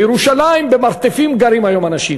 בירושלים אנשים גרים היום במרתפים.